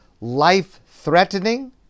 life-threatening